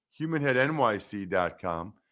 Humanheadnyc.com